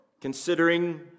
Considering